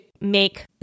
make